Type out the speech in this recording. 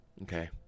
Okay